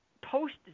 post